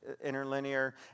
interlinear